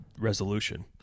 resolution